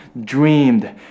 dreamed